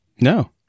No